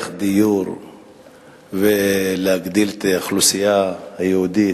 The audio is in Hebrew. דיור ולהגדיל את האוכלוסייה היהודית,